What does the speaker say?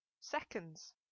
Seconds